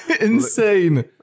insane